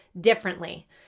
differently